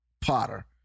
potter